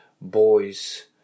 boys